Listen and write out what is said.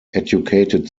educated